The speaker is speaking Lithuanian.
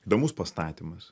įdomus pastatymas